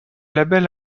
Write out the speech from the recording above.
label